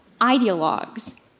ideologues